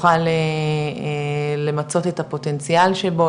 יוכל למצות את הפוטנציאל שבו,